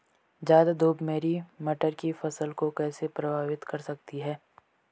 ज़्यादा धूप मेरी मटर की फसल को कैसे प्रभावित कर सकती है?